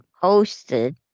posted